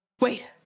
wait